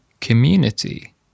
community